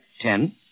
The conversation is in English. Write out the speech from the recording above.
Ten